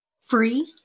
Free